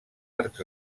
arcs